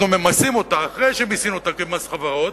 אנחנו ממסים אותה, אחרי שמיסינו את מס החברות,